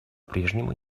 прежнему